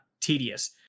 tedious